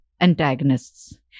antagonists